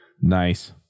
Nice